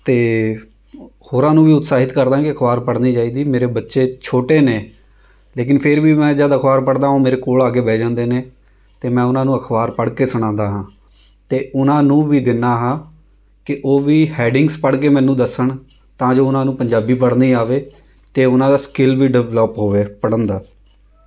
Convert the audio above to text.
ਅਤੇ ਹੋਰਾਂ ਨੂੰ ਵੀ ਉਤਸ਼ਾਹਿਤ ਕਰਦਾ ਕਿ ਅਖ਼ਬਾਰ ਪੜ੍ਹਨੀ ਚਾਹੀਦੀ ਮੇਰੇ ਬੱਚੇ ਛੋਟੇ ਨੇ ਲੇਕਿਨ ਫਿਰ ਵੀ ਮੈਂ ਜਦ ਅਖ਼ਬਾਰ ਪੜ੍ਹਦਾਂ ਉਹ ਮੇਰੇ ਕੋਲ ਆ ਕੇ ਬਹਿ ਜਾਂਦੇ ਨੇ ਅਤੇ ਮੈਂ ਉਹਨਾਂ ਨੂੰ ਅਖ਼ਬਾਰ ਪੜ੍ਹ ਕੇ ਸੁਣਾਉਂਦਾ ਹਾਂ ਅਤੇ ਉਹਨਾਂ ਨੂੰ ਵੀ ਦਿੰਦਾ ਹਾਂ ਕਿ ਉਹ ਵੀ ਹੈਡਿੰਗਸ ਪੜ੍ਹ ਕੇ ਮੈਨੂੰ ਦੱਸਣ ਤਾਂ ਜੋ ਉਹਨਾਂ ਨੂੰ ਪੰਜਾਬੀ ਪੜ੍ਹਨੀ ਆਵੇ ਅਤੇ ਉਹਨਾਂ ਦਾ ਸਕਿੱਲ ਵੀ ਡਿਵਲਪ ਹੋਵੇ ਪੜ੍ਹਨ ਦਾ